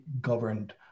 governed